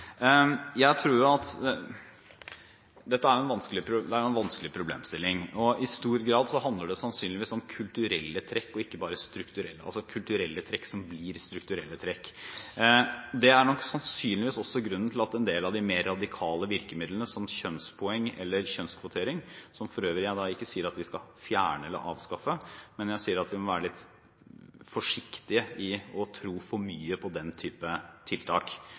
sannsynligvis om kulturelle trekk som blir strukturelle trekk. Det er nok sannsynligvis også grunnen til en del av de mer radikale virkemidlene, som kjønnspoeng eller kjønnskvotering, som jeg for øvrig ikke sier vi skal fjerne eller avskaffe. Det jeg sier, er at vi må være litt forsiktige med å tro for mye på den type tiltak,